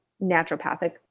naturopathic